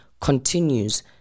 continues